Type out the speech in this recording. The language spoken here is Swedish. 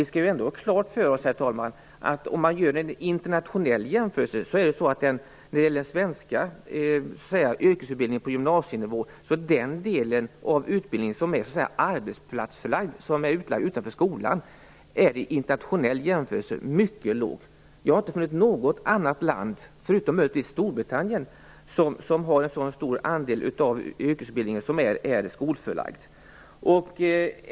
Vi skall ändå ha klart för oss att den arbetsplatsförlagda delen - utanför skolan - i den svenska yrkesutbildningen på gymnasienivå vid en internationell jämförelse är mycket liten. Jag har inte funnit att något annat land, möjligen med undantag av Storbritannien, har en så stor andel yrkesutbildning skolförlagd.